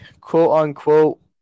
quote-unquote